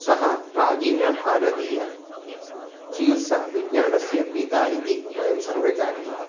सः प्राचीनभारतीय चिकित्साविज्ञानस्य पिता इति वयं सर्वे जानीमः